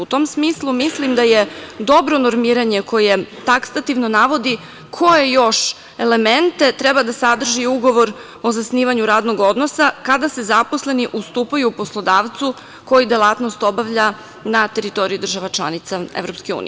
U tom smislu mislim da je dobro normiranje koje taksativno navodi koje još elemente treba da sadrži ugovor o zasnivanju radnog odnosa, kada se zaposleni ustupaju poslodavcu koji delatnost obavlja na teritoriji država članica EU.